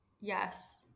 Yes